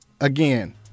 again